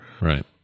right